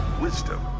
wisdom